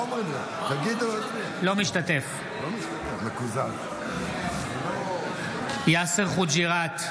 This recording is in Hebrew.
אינו משתתף בהצבעה יאסר חוג'יראת,